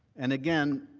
and again,